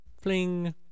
Fling